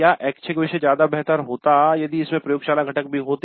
क्या ऐच्छिक विषय ज्यादा बेहतर होता यदि इसमें प्रयोगशाला घटक भी होता